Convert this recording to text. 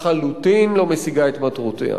לחלוטין, לא משיגה את מטרותיה.